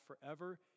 forever